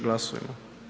Glasujmo.